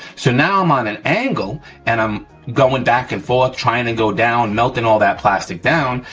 so, now i'm on an angle and i'm going back and forth trying to go down, melting all that plastic down,